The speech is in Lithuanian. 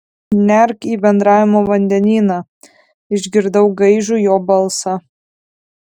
nerk į bendravimo vandenyną išgirdau gaižų jo balsą